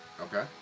Okay